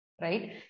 right